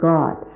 God